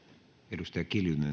arvoisa